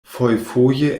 fojfoje